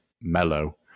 mellow